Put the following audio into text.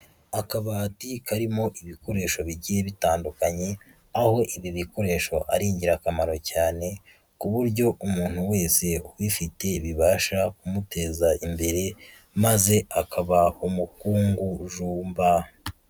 Akabati karimo ibikoresho bigiye bitandukanye, aho ibi bikoresho ari ingirakamaro cyane, ku buryo umuntu wese ubifite bibasha kumuteza imbere maze akaba umuhungujumba.